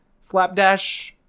Slapdash